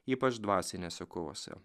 ypač dvasinėse kovose